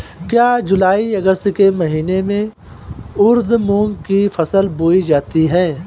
क्या जूलाई अगस्त के महीने में उर्द मूंग की फसल बोई जाती है?